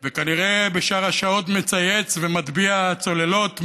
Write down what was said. וכנראה בשאר השעות מצייץ ומטביע צוללות,